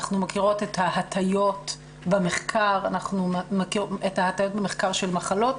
אנחנו מכירות את ההטיות במחקר של מחלות,